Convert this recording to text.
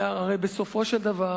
לא התכוונתי לדבר